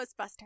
Ghostbusters